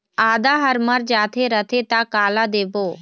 आदा हर मर जाथे रथे त काला देबो?